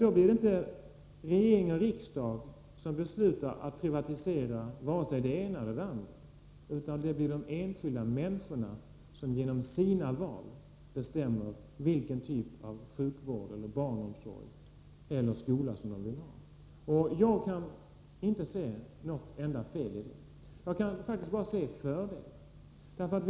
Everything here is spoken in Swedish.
Då blir det inte regering och riksdag som beslutar att privatisera vare sig det ena eller det andra, utan det blir de enskilda människorna som genom sina val bestämmer vilken typ av sjukvård, barnomsorg eller skola som de vill ha. Jag kan inte se något enda fel i detta. Jag kan faktiskt bara se fördelar.